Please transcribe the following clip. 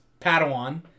Padawan